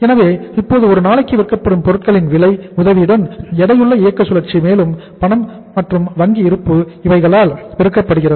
எனவே இப்போது ஒரு நாளுக்கு விற்கப்படும் பொருட்களின் விலையின் உதவியுடன் எடையுள்ள இயற்கை சுழற்சி மேலும் பணம் மற்றும் வங்கி இருப்பு இவைகளால் பெருக்கப்படுகிறது